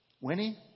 Winnie